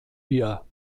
wir